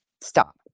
stop